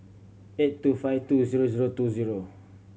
eight two five two zero zero two zero